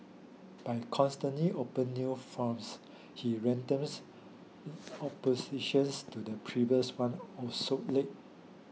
by constantly open new fronts he renders oppositions to the previous one obsolete